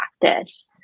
practice